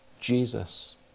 Jesus